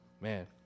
man